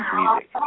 music